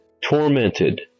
tormented